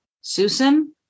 Susan